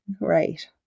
Right